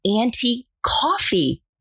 anti-coffee